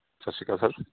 ਸਤਿ ਸ਼੍ਰੀ ਅਕਾਲ ਸਰ